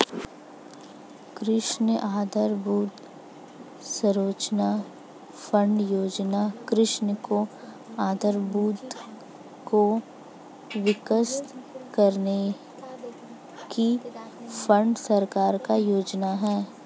कृषि आधरभूत संरचना फण्ड योजना कृषि के आधारभूत को विकसित करने की केंद्र सरकार की योजना है